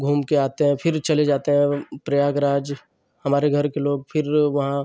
घूम कर आते हैं फिर चले जाते हैं हम प्रयागराज हमारे घर के लोग फिर वहाँ